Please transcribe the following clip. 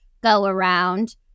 go-around